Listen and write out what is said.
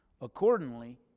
accordingly